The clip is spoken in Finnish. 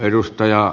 kertokaa